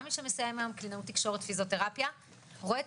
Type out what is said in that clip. מי שמסיים היום קלינאות תקשורת ופיזיותרפיה ורואה את